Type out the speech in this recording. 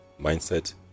mindset